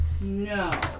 No